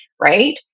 right